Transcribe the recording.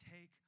Take